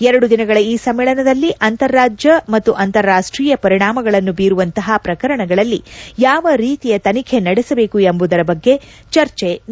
ಎರಡು ದಿನಗಳ ಈ ಸಮ್ಮೇಳನದಲ್ಲಿ ಅಂತಾರಾಜ್ಯ ಮತ್ತು ಅಂತಾರಾಷ್ಟೀಯ ಪರಿಣಾಮಗಳನ್ನು ಬೀರುವಂತಹ ಪ್ರಕರಣಗಳಲ್ಲಿ ಯಾವ ರೀತಿಯ ತನಿಖೆ ನಡೆಸಬೇಕು ಎಂಬುದರ ಬಗ್ಗೆ ಚರ್ಚೆ ನಡೆಸಲಾಗುತ್ತಿದೆ